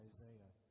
Isaiah